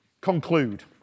conclude